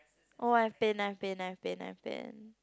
oh I faint I faint I faint I faint